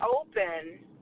open